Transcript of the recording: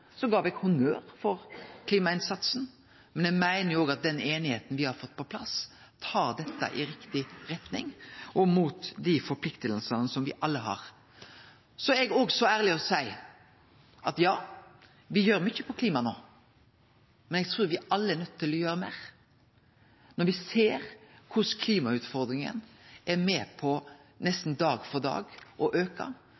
så ærleg då Arbeidarpartiets alternative statsbudsjett kom, at eg gav honnør for klimainnsatsen. Men eg meiner òg at den einigheita me har fått på plass, fører dette i riktig retning – mot dei forpliktingane me alle har. Så eg er òg så ærleg og seier: Ja, me gjer mykje på klima no, men eg trur me alle er nøydde til å gjere meir, når me ser korleis klimautfordringa